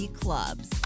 clubs